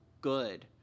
good